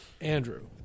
Andrew